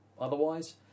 otherwise